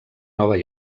nova